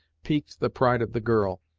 piqued the pride of the girl,